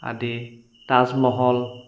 আদি তাজমহল